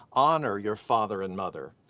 honor your father and mother.